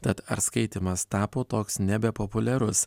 tad ar skaitymas tapo toks nebepopuliarus